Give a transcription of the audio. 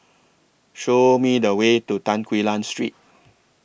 Show Me The Way to Tan Quee Lan Street